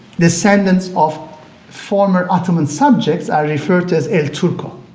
descendants of former ottoman subjects are referred to as el turko